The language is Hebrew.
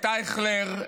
את אייכלר,